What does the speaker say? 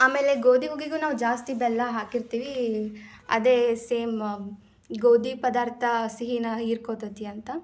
ಆಮೇಲೆ ಗೋಧಿ ಹುಗ್ಗಿಗೂ ನಾವು ಜಾಸ್ತಿ ಬೆಲ್ಲ ಹಾಕಿರ್ತೀವಿ ಅದೇ ಸೇಮ್ ಗೋಧಿ ಪದಾರ್ಥ ಸಿಹಿನ ಹೀರ್ಕೊತತಿ ಅಂತ